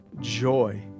joy